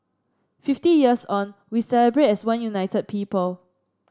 fifty years on we celebrate as one united people